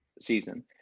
season